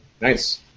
Nice